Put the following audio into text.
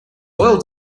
oil